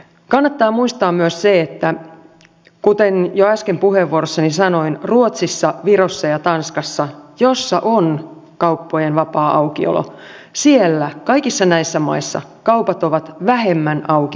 kannattaa muistaa myös se kuten jo äsken puheenvuorossani sanoin että ruotsissa virossa ja tanskassa joissa on kauppojen vapaa aukiolo siellä kaikissa näissä maissa kaupat ovat vähemmän auki kuin suomessa